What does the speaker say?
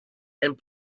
and